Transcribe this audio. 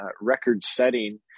record-setting